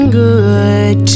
good